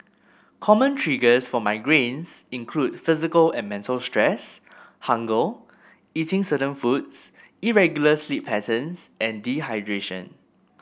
common triggers for migraines include physical and mental stress hunger eating certain foods irregular sleep patterns and dehydration